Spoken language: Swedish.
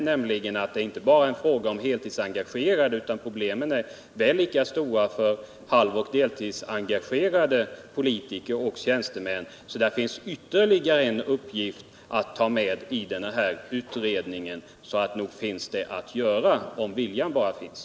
Det är inte bara fråga om heltidsengagerade politiker och tjänstemän, utan problemet är lika stort för halvoch deltidsengagerade politiker och tjäntemän. Där finns ytterligare en uppgift att ta med i utredningen. Nog finns det att göra om bara viljan finns.